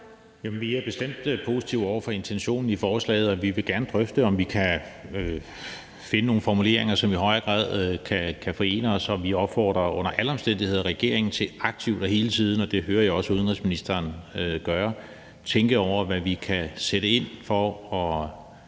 Vi er bestemt positive over for intentionen i forslaget, og vi vil gerne drøfte, om vi kan finde nogle formuleringer, som i højere grad kan forene os. Vi opfordrer under alle omstændigheder regeringen til aktivt og hele tiden – det hører jeg også udenrigsministeren gøre – at tænke over, hvad vi kan sætte ind med både